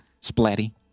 Splatty